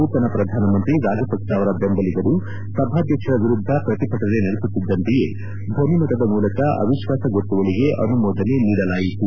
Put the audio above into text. ನೂತನ ಪ್ರಧಾನಮಂತ್ರಿ ರಾಜಪಕ್ಷ ಅವರ ಬೆಂಬಲಿಗರು ಸಭಾಧ್ವಕ್ಷರ ವಿರುದ್ದ ಪ್ರತಿಭಟನೆ ನಡೆಸುತ್ತಿದ್ದಂತೆಯೇ ಧ್ವನಿ ಮತದ ಮೂಲಕ ಅವಿಶ್ವಾಸ ಗೊತ್ತುವಳಿಗೆ ಅನುಮೋದನೆ ನೀಡಲಾಯಿತು